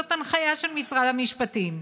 זאת הנחיה של משרד המשפטים.